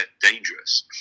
dangerous